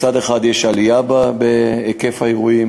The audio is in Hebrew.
מצד אחד יש עלייה בהיקף האירועים,